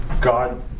God